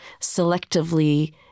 selectively